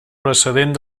precedent